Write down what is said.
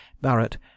Barrett